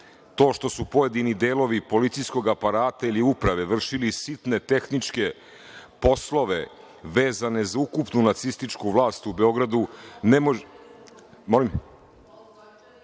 To što su pojedini delovi policijskog aparata ili uprave vršili sitne tehničke poslove vezane za ukupnu nacističku vlast u Beogradu, ne može